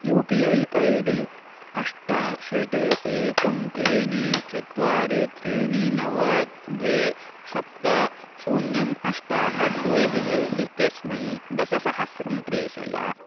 you P I I D अष्ट षट् एकं त्रीणि चत्वारि त्रीणि नव द्वे सप्त शून्यम् अष्ट अट् वै बी एल् इत्यस्मै दशसहस्रं प्रेषय